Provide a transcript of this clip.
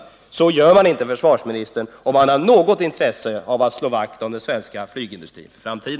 Men så gör man inte, herr försvarsminister, om man har något intresse av att slå vakt om den svenska flygindustrins framtid.